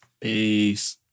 Peace